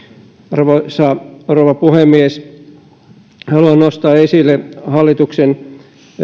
arvoisa rouva puhemies haluan nostaa esille hallituksen